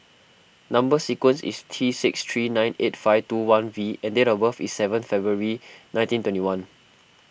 Number Sequence is T six three nine eight five two one V and date of birth is seventh February nineteen twenty one